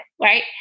right